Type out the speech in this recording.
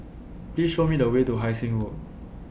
Please Show Me The Way to Hai Sing Road